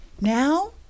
now